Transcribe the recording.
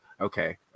Okay